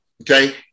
Okay